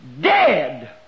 dead